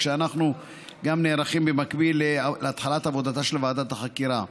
שאנחנו גם נערכים במקביל להתחלת עבודתה של ועדת החקירה.